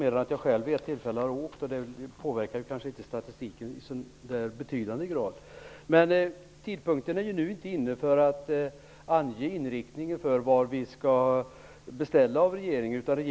Jag har själv vid ett tillfälle åkt på banan, man det påverkar kanske inte statistiken i någon betydande grad. Tidpunkten för att ange inriktningen på vår beställning till regeringen är inte inne.